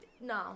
No